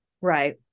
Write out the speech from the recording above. right